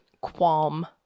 qualm